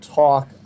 talk